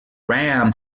ram